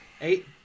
eight